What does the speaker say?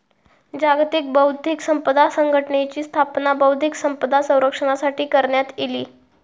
जागतिक बौध्दिक संपदा संघटनेची स्थापना बौध्दिक संपदा संरक्षणासाठी करण्यात इली